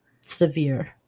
severe